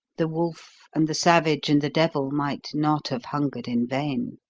the wolf and the savage and the devil might not have hungered in vain.